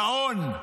גאון.